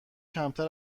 کمتر